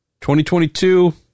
2022